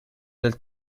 del